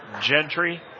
Gentry